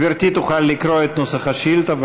גברתי, תוכל לקרוא את נוסח השאילתה.